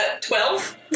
twelve